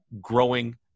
Growing